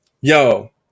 yo